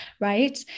right